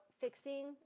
fixing